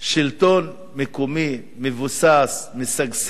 שלטון מקומי מבוסס, משגשג,